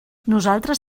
nosaltres